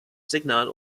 signal